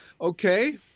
Okay